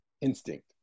instinct